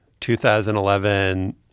2011